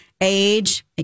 age